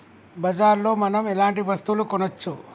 బజార్ లో మనం ఎలాంటి వస్తువులు కొనచ్చు?